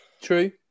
true